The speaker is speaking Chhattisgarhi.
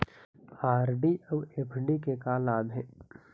आर.डी अऊ एफ.डी के का लाभ हे?